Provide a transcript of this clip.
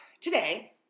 today